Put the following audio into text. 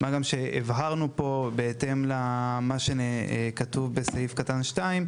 מה גם שהבהרנו פה בהתאם למה שכתוב בסעיף קטן (2),